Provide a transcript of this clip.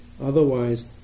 Otherwise